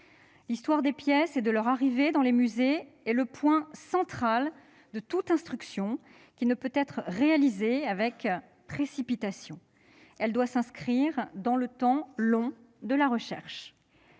L'histoire des pièces et de leur arrivée dans les musées doit être au coeur de toute instruction. Cette dernière ne peut être réalisée avec précipitation, car elle doit s'inscrire dans le temps long de la recherche.